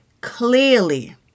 clearly